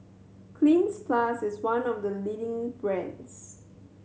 Cleanz Plus is one of the leading brands